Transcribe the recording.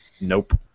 nope